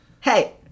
Hey